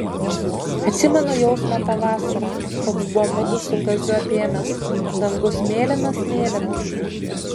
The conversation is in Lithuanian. atsimenu jausmą tą vasarą koks buvo mudu su kaziu apėmęs dangus mėlynas mėlynas